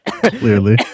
Clearly